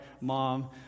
mom